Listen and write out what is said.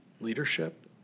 leadership